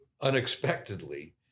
unexpectedly